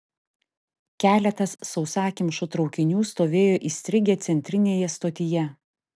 keletas sausakimšų traukinių stovėjo įstrigę centrinėje stotyje